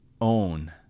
own